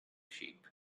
sheep